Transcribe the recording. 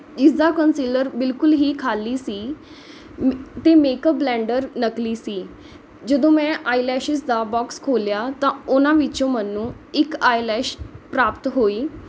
ਇਸਦਾ ਕਨਸੀਲਰ ਬਿਲਕੁਲ ਹੀ ਖਾਲੀ ਸੀ ਅਤੇ ਮੇਕਅੱਪ ਬਲੈਂਡਰ ਨਕਲੀ ਸੀ ਜਦੋਂ ਮੈਂ ਆਈਲੈਸਿਸ਼ ਦਾ ਬੋਕਸ ਖੋਲ੍ਹਿਆ ਤਾਂ ਉਹਨਾਂ ਵਿੱਚੋਂ ਮੈਨੂੰ ਇੱਕ ਆਈਲੈਸ਼ ਪ੍ਰਾਪਤ ਹੋਈ